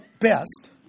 best